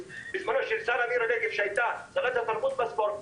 בזמנו פנה למירי רגב שהייתה שרת התרבות והספורט,